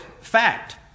fact